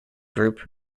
group